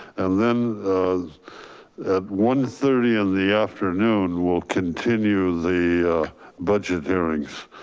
and then one thirty in the afternoon we'll continue the budget hearings.